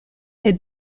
elle